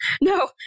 No